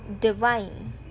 divine